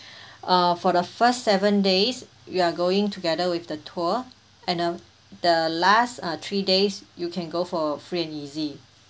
uh for the first seven days you are going together with the tour and uh the last uh three days you can go for free and easy